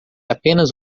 apenas